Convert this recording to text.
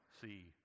see